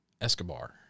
Escobar